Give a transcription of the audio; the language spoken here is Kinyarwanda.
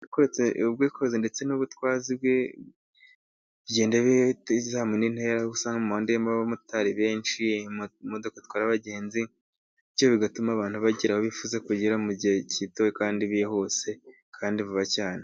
Ubwikorezi ndetse n'ubutwazi bigenda bizamura indi ntera, uba usanga mu muhanda harimo abamotari benshi imodoka zitwara abagenzi, bityo bigatuma abantu bagera aho bifuza kugera mu gihe gito kandi bihuse, kandi vuba cyane.